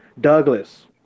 Douglas